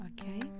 Okay